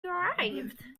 arrived